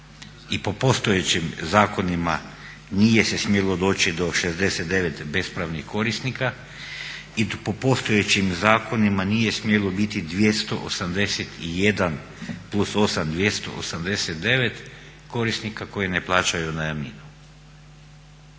I po postojećim zakonima nije se smjelo doći do 69 bespravnih korisnika i po postojećim zakonima nije smjelo biti 281 plus 8, 289 korisnika koji ne plaćaju najamninu.